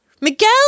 Miguel